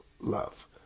love